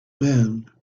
man